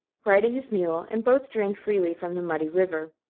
riding his mule, and both drank freely from the muddy river.